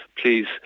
please